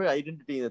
identity